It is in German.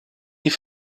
die